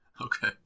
Okay